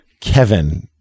Kevin